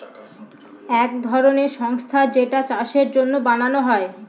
এক ধরনের সংস্থা যেইটা চাষের জন্য বানানো হয়